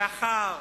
לאחר